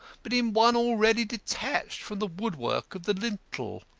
but in one already detached from the woodwork of the lintel?